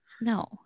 no